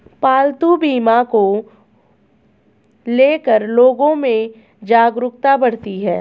पालतू बीमा को ले कर लोगो में जागरूकता बढ़ी है